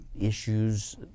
issues